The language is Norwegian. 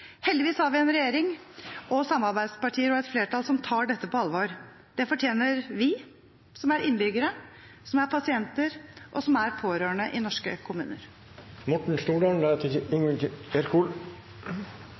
Heldigvis har vi en regjering og samarbeidspartier og et flertall som tar dette på alvor. Det fortjener vi som er innbyggere, som er pasienter, og som er pårørende i norske kommuner.